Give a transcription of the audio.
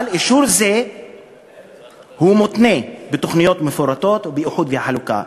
אבל אישור זה מותנה בתוכניות מפורטות ובייחוד בחלוקה,